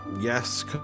Yes